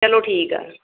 ਚਲੋ ਠੀਕ ਆ